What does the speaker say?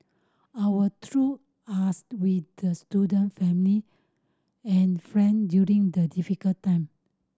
our through asked with the student family and friend during the difficult time